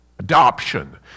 Adoption